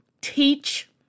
teach